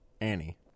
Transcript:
Annie